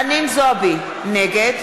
זועבי, נגד